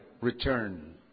return